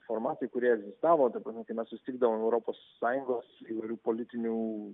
formatai kurie egzistavo dabar kai mes susitikdavom europos sąjungos įvairių politinių